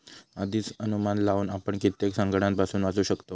आधीच अनुमान लावुन आपण कित्येक संकंटांपासून वाचू शकतव